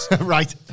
Right